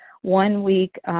one-week